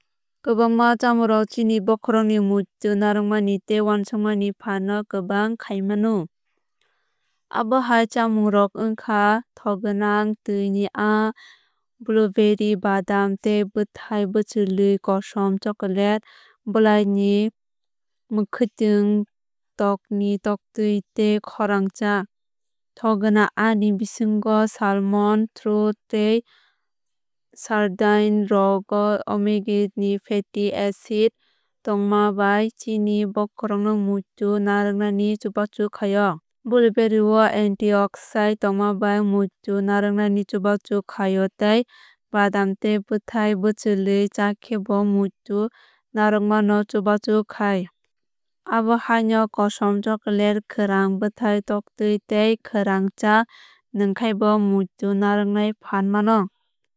Kwbangma chamungrok chini bokhrokni muitu narwwkmani tei uansukmani fan no kwbang khai mano. Amo hai chamung rok ongkha thokgwnang tui ni aa blueberry badam tei bwthai bwchwlwui kosom chocolate blai ni mwkhwuitwng tokni toktui tei kwkhrang cha. Thokgwnang aa ni bisingo salmon trout tei sardine rogo omega ni fatty acid tongmabai chini bokhorokno muitu narwgnani chbabchu khlai o. Blueberry o anti oxidant tongmabai muitu narwugnani chubachu khai o tei badam tei bwthai bwchwlwui chakhe bo muitu narwugmano chubachu khai. Abo haino kosom chocolate kwkhrang blai toktui tei kwkhrang cha nwngkhai bo muito narwugnai fan mano.